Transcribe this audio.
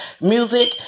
Music